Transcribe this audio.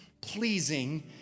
pleasing